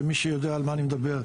מי שיודע על מה אני מדבר,